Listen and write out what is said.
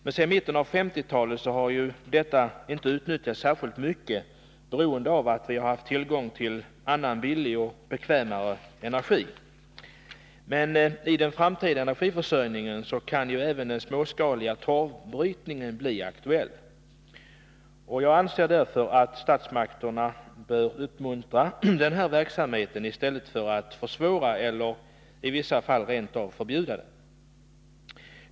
Men sedan mitten av 1950-talet har denna möjlighet inte utnyttjats särskilt mycket, beroende på att vi har haft tillgång till annan billig och bekvämare energi. I den framtida energiförsörjningen kan emellertid även den småskaliga torvbrytningen bli aktuell, och jag anser därför att statsmakterna bör uppmuntra den här verksamheten i stället för att försvåra eller i vissa fall rent av förbjuda den.